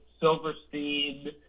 Silverstein